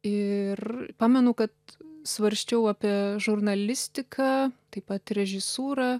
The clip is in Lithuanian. ir pamenu kad svarsčiau apie žurnalistiką taip pat režisūrą